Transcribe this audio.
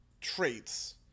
traits